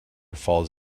falls